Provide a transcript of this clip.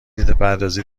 ایدهپردازی